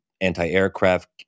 anti-aircraft